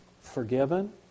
Forgiven